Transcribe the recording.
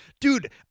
Dude